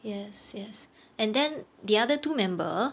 yes yes and then the other two member